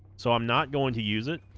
so i'm not going to use it